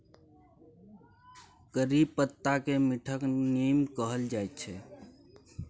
करी पत्ताकेँ मीठका नीम कहल जाइत छै